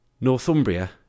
Northumbria